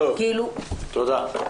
תודה.